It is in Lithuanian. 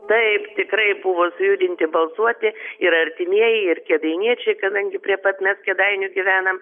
taip tikrai buvo sujudinti balsuoti ir artimieji ir kėdainiečiai kadangi prie pat mes kėdainių gyvenam